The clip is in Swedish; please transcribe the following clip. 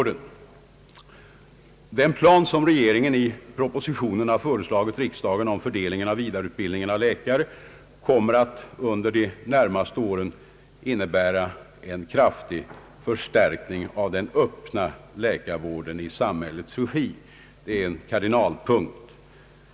Den plan som regeringen har föreslagit i propositionen om fördelningen av vidareutbildningen av läkare kommer under de närmaste åren att innebära en kraftig förstärkning av den öppna läkarvården i samhällets regi. Det är en kardinalpunkt.